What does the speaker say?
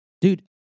Dude